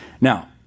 Now